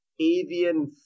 avian